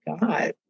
God